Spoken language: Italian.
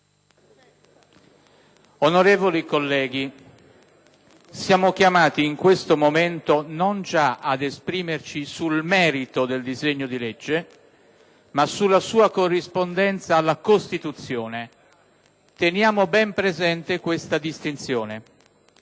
Onorevoli colleghi, siamo chiamati in questo momento ad esprimerci, non già sul merito del disegno di legge, ma sulla sua corrispondenza alla Costituzione. Teniamo ben presente questa distinzione.